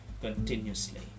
continuously